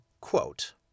quote